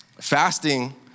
fasting